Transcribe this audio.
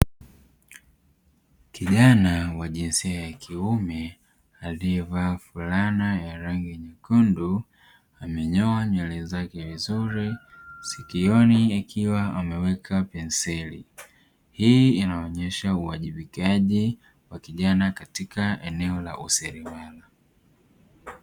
Kijana wa jinsia ya kiume aliyevaa fulana ya rangi nyekundu, amenyoa nywele zake vizuri, sikioni akiwa ameweka penseli. Hii inaonyesha uwajibikaji wa kijana katika eneo la usaidizi wake.